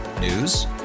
News